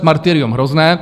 Martyrium hrozné.